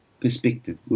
perspective